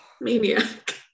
Maniac